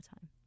time